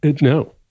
No